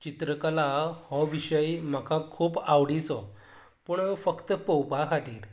चित्रकला हो विशय म्हाका खूप आवडीचो पूण फक्त पोवपा खातीर